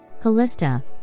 Callista